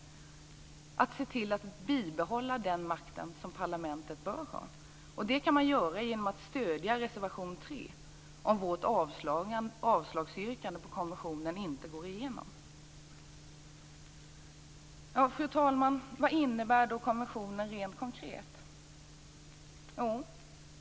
Man kan se till att bibehålla den makt som parlamentet bör ha. Det kan man göra genom att stödja reservation 3 om vårt avslagsyrkande vad gäller konventionen inte går igenom. Fru talman! Vad innebär då konventionen rent konkret?